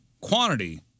quantity